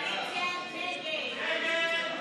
ההסתייגות (107) של קבוצת סיעת יש עתיד-תל"ם,